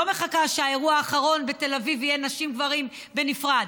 לא מחכה שהאירוע האחרון בתל אביב יהיה נשים גברים בנפרד.